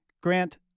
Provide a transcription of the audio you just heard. Grant